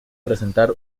presentar